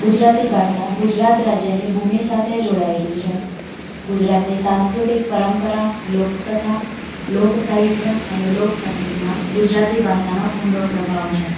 ગુજરાતી ભાષા ગુજરાત રાજ્યની ભૂમિ સાથે જોડાયેલી છે ગુજરાતની સાંસ્કૃતિક પરંપરા લોકકથા લોકસાહિત્ય અને લોકસંગીતમાં ગુજરાતી ભાષાનો ઊંડો પ્રભાવ છે